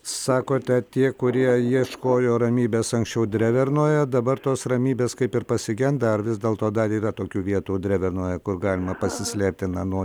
sakote tie kurie ieškojo ramybės anksčiau drevernoje dabar tos ramybės kaip ir pasigenda ar vis dėlto dar yra tokių vietų drevernoje kur galima pasislėpti nuo